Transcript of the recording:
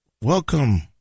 welcome